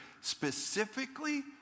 specifically